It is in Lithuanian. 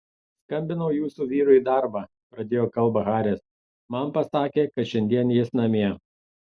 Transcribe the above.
skambinau jūsų vyrui į darbą pradėjo kalbą haris man pasakė kad šiandien jis namie